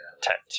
tent